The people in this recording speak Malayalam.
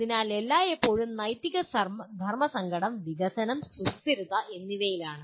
അതിനാൽ എല്ലായ്പ്പോഴും നൈതിക ധർമ്മസങ്കടം വികസനം സുസ്ഥിരത എന്നിവയിലാണ്